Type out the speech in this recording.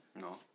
No